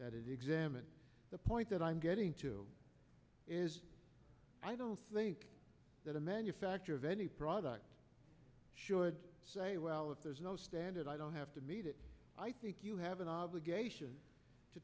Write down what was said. that it examined the point that i'm getting to is i don't think that a manufacturer of any product should say well if there's no standard i don't have to meet it i think you have an obligation to